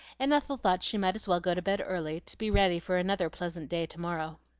and ethel thought she might as well go to bed early to be ready for another pleasant day to-morrow.